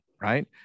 right